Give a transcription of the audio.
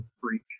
freak